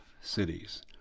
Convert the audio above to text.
cities